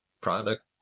product